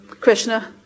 Krishna